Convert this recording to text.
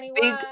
big